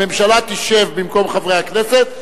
הממשלה תשב במקום חברי הכנסת,